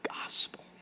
gospel